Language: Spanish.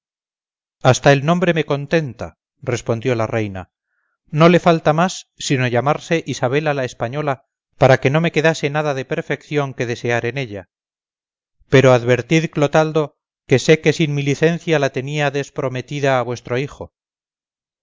hasta el nombre me contenta respondió la reina no le faltaba más sino llamarse isabela la española para que no me quedase nada de perfección que desear en ella pero advertid clotaldo que sé que sin mi licencia la teníades prometida a vuestro hijo